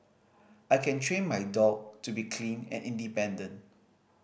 I can train my dog to be clean and independent